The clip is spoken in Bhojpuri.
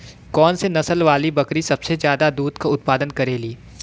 कौन से नसल वाली बकरी सबसे ज्यादा दूध क उतपादन करेली?